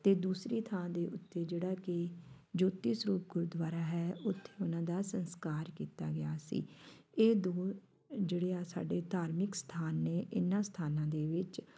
ਅਤੇ ਦੂਸਰੀ ਥਾਂ ਦੇ ਉੱਤੇ ਜਿਹੜਾ ਕਿ ਜੋਤੀ ਸਰੂਪ ਗੁਰਦੁਆਰਾ ਹੈ ਉੱਥੇ ਉਹਨਾਂ ਦਾ ਸਸਕਾਰ ਕੀਤਾ ਗਿਆ ਸੀ ਇਹ ਦੋ ਜਿਹੜੇ ਆ ਸਾਡੇ ਧਾਰਮਿਕ ਅਸਥਾਨ ਨੇ ਇਹਨਾਂ ਅਸਥਾਨਾਂ ਦੇ ਵਿੱਚ